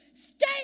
Stay